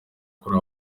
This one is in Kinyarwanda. kuri